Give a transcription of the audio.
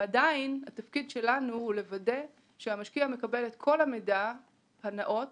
התפקיד שלנו הוא לוודא שהמשקיע מקבל את כל המידע הנאות